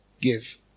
Give